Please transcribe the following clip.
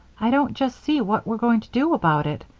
i don't just see what we're going to do about it.